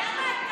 אבל מה שאלתי?